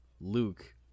Luke